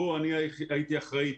כאן אני הייתי אחראי,